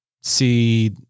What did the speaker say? see